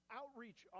outreach